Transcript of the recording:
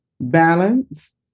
Balance